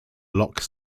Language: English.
loch